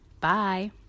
Bye